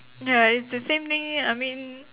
ya it's the same thing I mean